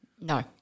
No